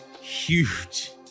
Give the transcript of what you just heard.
huge